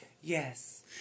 Yes